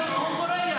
הוא בורח.